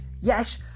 yes